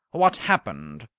what happened?